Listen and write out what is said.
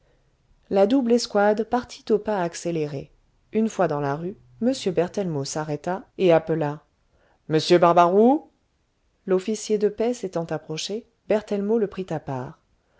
la double escouade partit au pas accéléré une fois dans la rue m berthellemot s'arrêta et appela monsieur barbaroux l'officier de paix s'étant approché berthellemot le prit à part